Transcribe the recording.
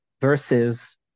versus